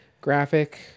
Graphic